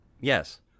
Yes